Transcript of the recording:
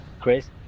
Chris